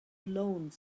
alone